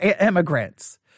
immigrants